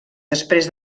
després